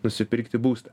nusipirkti būstą